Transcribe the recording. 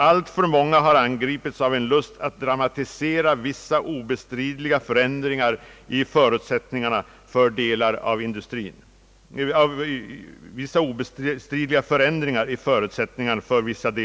Alltför många har angripits av en lust att dramatisera vissa obestridliga förändringar i förutsättningarna för delar av industrien.